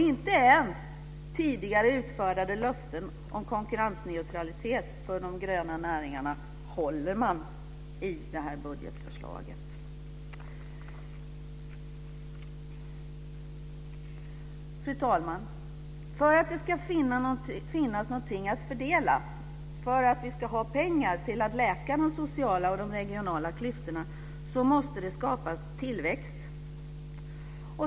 Inte ens tidigare utfärdade löften om konkurrensneutralitet för de gröna näringarna håller man i det här budgetförslaget. Fru talman! För att det ska finnas någonting att fördela och för att vi ska ha pengar att läka de sociala och regionala klyftorna måste det skapas tillväxt.